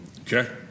Okay